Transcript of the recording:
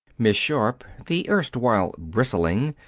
miss sharp, the erstwhile bristling,